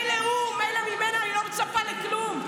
מילא הוא, מילא, ממנה אני לא מצפה לכלום.